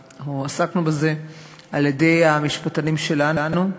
על-ידי המשפטנים שלנו,